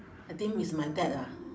I think it's my dad lah